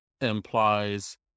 implies